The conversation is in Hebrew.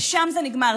ושם זה נגמר.